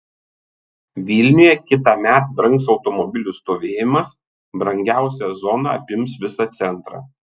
vilniuje kitąmet brangs automobilių stovėjimas brangiausia zona apims visą centrą